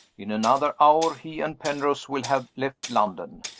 in another hour he and penrose will have left london.